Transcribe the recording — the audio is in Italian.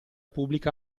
pubblica